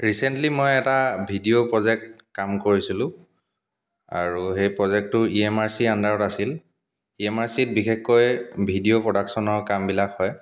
recently মই এটা video project কাম কৰিছিলোঁ আৰু সেই প্ৰজেক্টটো ই এম আৰ চি আণ্ডাৰত আছিল ই এম আৰ চি ত বিশেষকৈ ভিডিঅ' প্ৰডাকশ্যনৰ কামবিলাক হয়